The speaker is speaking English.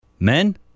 Men